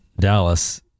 Dallas